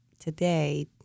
today